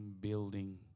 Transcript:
building